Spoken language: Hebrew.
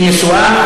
היא נשואה?